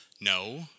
No